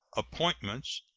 appointments,